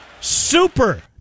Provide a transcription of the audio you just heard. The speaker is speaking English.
super